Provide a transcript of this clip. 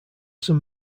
some